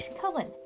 Cullen